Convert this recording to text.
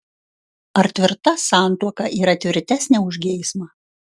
ar tvirta santuoka yra tvirtesnė už geismą